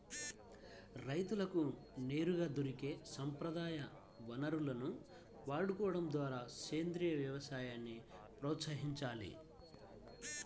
రైతులకు నేరుగా దొరికే సంప్రదాయ వనరులను వాడుకోడం ద్వారా సేంద్రీయ వ్యవసాయాన్ని ప్రోత్సహించాలి